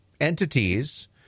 entities